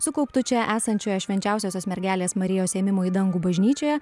sukauptu čia esančioje švenčiausiosios mergelės marijos ėmimo į dangų bažnyčioje